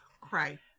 cry